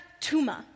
tuma